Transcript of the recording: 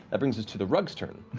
that brings us to the rug's turn.